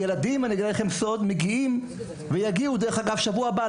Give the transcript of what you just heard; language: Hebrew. דרך אגב, גם בסוף השבוע הבא,